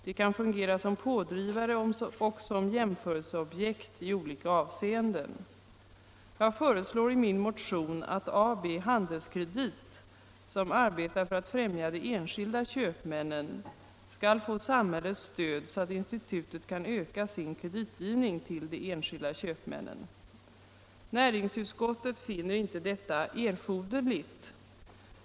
De kan fungera som pådrivare och som jämförelseobjekt i olika avseenden. Jag föreslår i min motion att AB Handelskredit, som arbetar för att främja de enskilda köpmännen, skall få samhällets stöd så att institutet kan öka sin kreditgivning till de enskilda köpmännen. Näringsutskottet finner inte detta erforderligt.